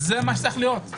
זה מה שצריך להיות.